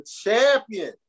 champion